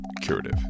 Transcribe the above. Curative